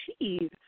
achieve